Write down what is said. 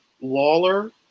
Lawler